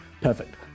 Perfect